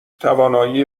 توانایی